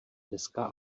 deska